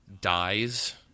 dies